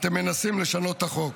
אתם מנסים לשנות את החוק.